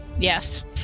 yes